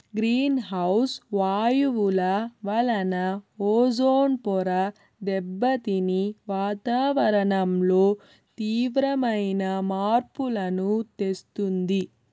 green house వాయువుల వలన ozone పొర దెబ్బతిని వాతావరణంలో తీవ్రమైన మార్పులను తెస్తుంది